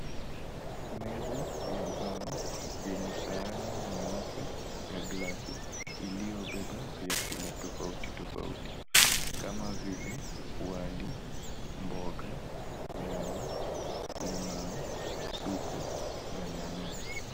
Meza ya mbao yenye sahani nyeupe ya glasi iliyobeba vyakula tofauti tofauti kama vile wali, mboga, nyama, limau, supu na nyanya.